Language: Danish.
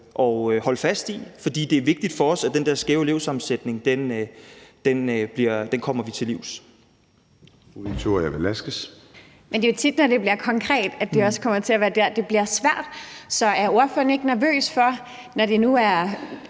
at holde fast i, fordi det er vigtigt for os, at vi kommer den der skæve elevsammensætning til livs.